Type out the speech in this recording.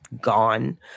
gone